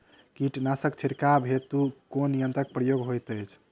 कीटनासक छिड़काव हेतु केँ यंत्रक प्रयोग होइत अछि?